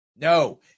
No